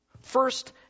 first